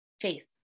faith